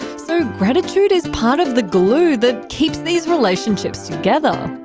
so gratitude is part of the glue that keeps these relationships together.